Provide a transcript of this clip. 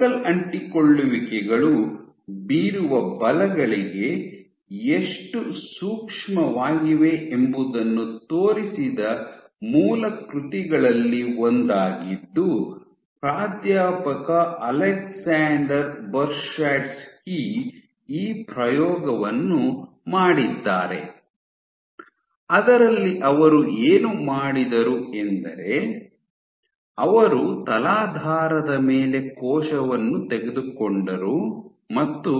focal ಅಂಟಿಕೊಳ್ಳುವಿಕೆಗಳು ಬೀರುವ ಬಲಗಳಿಗೆ ಎಷ್ಟು ಸೂಕ್ಷ್ಮವಾಗಿವೆ ಎಂಬುದನ್ನು ತೋರಿಸಿದ ಮೂಲ ಕೃತಿಗಳಲ್ಲಿ ಒಂದಾಗಿದ್ದು ಪ್ರಾಧ್ಯಾಪಕ ಅಲೆಕ್ಸಾಂಡರ್ ಬರ್ಷಾಡ್ಸ್ಕಿ ಈ ಪ್ರಯೋಗವನ್ನು ಮಾಡಿದ್ದಾರೆ ಅದರಲ್ಲಿ ಅವರು ಏನು ಮಾಡಿದರು ಎಂದರೆ ಅವರು ತಲಾಧಾರದ ಮೇಲೆ ಕೋಶವನ್ನು ತೆಗೆದುಕೊಂಡರು ಮತ್ತು